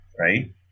right